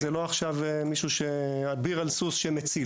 זה לא שהוא אביר על סוס שמציל.